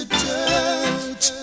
touch